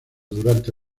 durante